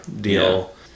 deal